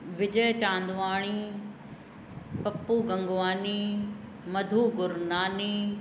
Vijay Chandwani Pappu Gangwani Madhu Gurnani